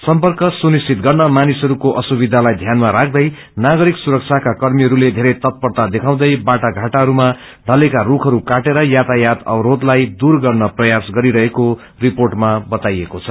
सर्मक सुनिश्चित गर्न मानिसहस्को असुविधालाई ध्यानमा राख्यै नागरिक सुरसाको कर्मीहस्ले धेरै तत्परता देखाउँदै बाटाघाटाहस्मा क्लेका रूखहरू काटेर यातायात अवरोषलाई दूर्र गर्न प्रयास गरिरहेको रिर्पोटमा बताएको छ